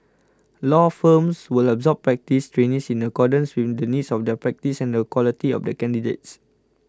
law firms will absorb practice trainees in accordance with the needs of their practice and the quality of the candidates